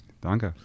Danke